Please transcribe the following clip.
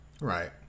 Right